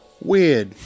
Weird